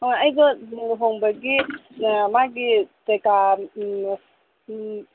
ꯑꯣ ꯑꯩꯗꯣ ꯂꯨꯍꯣꯡꯕꯒꯤ ꯃꯥꯒꯤ ꯀꯩꯀꯥ